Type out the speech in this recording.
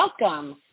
welcome